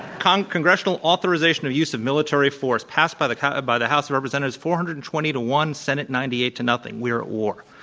kind of congressional authorization of use of military force passed by the kind of by the house of representatives four hundred and twenty to one, senate ninety eight to nothing. we are at war.